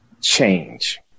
change